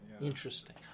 Interesting